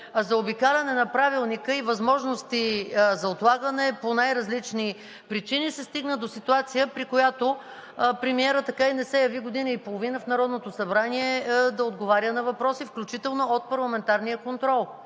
заобикаляне на Правилника и възможности за отлагане по най-различни причини, се стигна до ситуация, при която премиерът така и не се яви година и половина в Народното събрание да отговаря на въпроси, включително от парламентарния контрол.